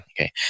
okay